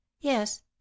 yes